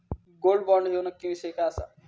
Gold bond ह्यो नक्की विषय काय आसा?